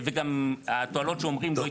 וגם התועלות שאומרים לא יתממשו.